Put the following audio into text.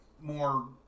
more